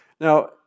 Now